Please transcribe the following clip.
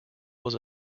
was